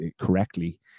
correctly